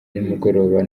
nimugoroba